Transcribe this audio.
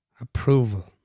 approval